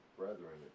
brethren